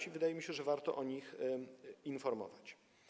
I wydaje mi się, że warto o nich informować.